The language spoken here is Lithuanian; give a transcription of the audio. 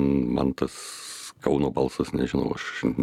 man tas kauno balsas nežinau aš